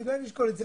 כדאי לשקול את זה.